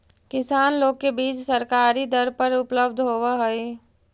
किसान लोग के बीज सरकारी दर पर उपलब्ध होवऽ हई